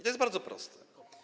To jest bardzo proste.